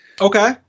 Okay